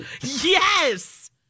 Yes